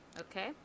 Okay